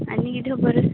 आनी कितें खबर